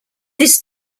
this